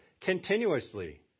continuously